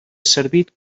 servit